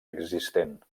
existent